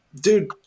Dude